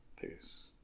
peace